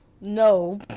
No